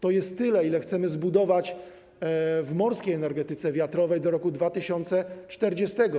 To jest tyle, ile chcemy zbudować w morskiej energetyce wiatrowej do roku 2040.